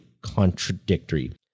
contradictory